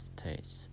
States